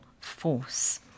force